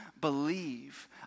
believe